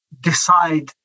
decide